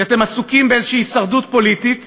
כי אתם עסוקים באיזו הישרדות פוליטית